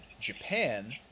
Japan